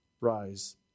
Rise